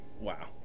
Wow